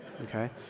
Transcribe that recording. Okay